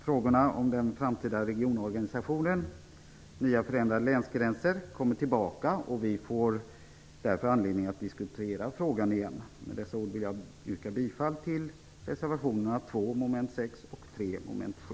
Frågorna om den framtida regionorganisationen - nya förändrade länsgränser - kommer tillbaka, och vi får därför anledning att diskutera frågan igen. Med dessa ord ber jag att få yrka bifall till reservationerna 2, mom. 6, och 3, mom. 7.